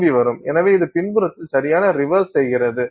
எனவே இது பின்புறத்தில் சரியான ரிவர்ஸ் செய்கிறது